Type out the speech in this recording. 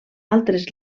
altres